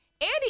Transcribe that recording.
Andy